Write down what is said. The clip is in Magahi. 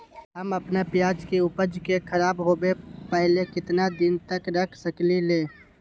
हम अपना प्याज के ऊपज के खराब होबे पहले कितना दिन तक रख सकीं ले?